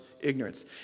ignorance